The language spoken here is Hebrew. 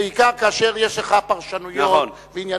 בעיקר כאשר יש לך פרשנויות ועניינים.